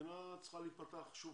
המדינה צריכה להיפתח שוב.